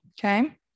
okay